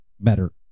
better